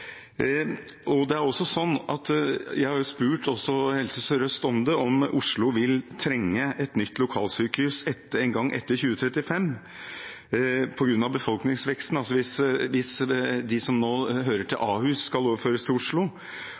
Jeg har også spurt Helse Sør-Øst om Oslo vil trenge et nytt lokalsykehus en gang etter 2035 på grunn av befolkningsveksten. Hvis de som nå hører til Ahus, overføres til Oslo, de bydelene som hører til Ahus, skal overføres, og vi anslår at befolkningsveksten er ca. 10 000 per år i Oslo